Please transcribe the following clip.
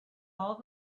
all